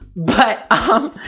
but um,